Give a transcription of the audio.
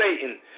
Satan